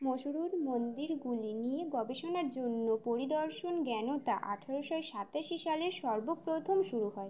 মসোরুর মন্দিরগুলি নিয়ে গবেষণার জন্য পরিদর্শন জ্ঞানতা আঠেরোশোয় সাতাশি সালে সর্বপ্রথম শুরু হয়